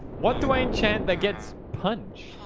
what do i enchant that gets punch?